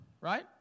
right